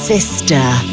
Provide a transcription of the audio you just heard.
Sister